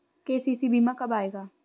KCC बीमा कब आएगा?